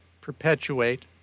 perpetuate